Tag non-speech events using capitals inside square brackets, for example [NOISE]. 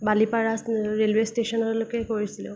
Balipara [UNINTELLIGIBLE] railway ষ্টেচনলৈকে কৰিছিলোঁ